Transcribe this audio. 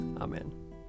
Amen